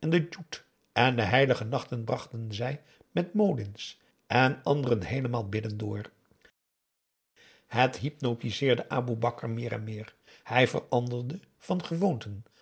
en de heilige nachten brachten zii met modins en anderen heelemaal biddende door het hypnotiseerde aboe bakar meer en meer hij veranderde van gewoonten